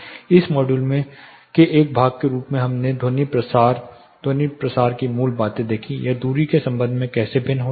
इस मॉड्यूल के एक भाग के रूप में हमने ध्वनि प्रसार ध्वनि प्रसार की मूल बातें देखीं यह दूरी के संबंध में कैसे भिन्न होती है